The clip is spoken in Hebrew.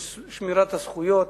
של שמירת זכויות,